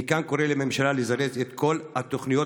אני כאן קורא לממשלה לזרז את כל התוכניות